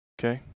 Okay